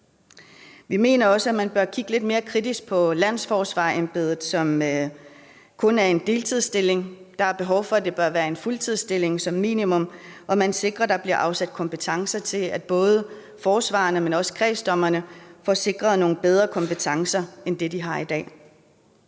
Vi mener også, at man bør kigge lidt mere kritisk på landsforsvarerembedet, som kun er en deltidsstilling. Der er som minimum behov for, at det bliver en fuldtidsstilling, og at man sikrer, at der bliver afsat kompetencer til, at både forsvarerne, men også kredsdommerne får sikret nogle bedre kompetencer end dem, de har i dag.